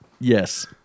Yes